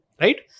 Right